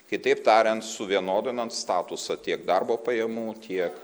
kitaip tariant suvienodinant statusą tiek darbo pajamų tiek